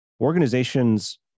Organizations